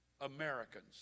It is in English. Americans